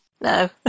No